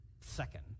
second